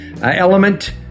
element